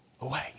away